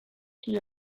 qui